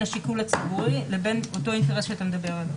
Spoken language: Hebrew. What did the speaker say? השיקול הציבורי לבין אותו אינטרס שאתה מדבר עליו.